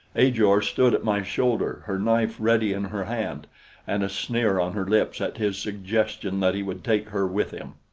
ajor stood at my shoulder, her knife ready in her hand and a sneer on her lips at his suggestion that he would take her with him.